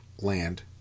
land